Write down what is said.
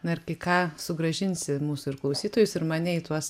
na ir kai ką sugrąžinsi mūsų ir klausytojus ir mane į tuos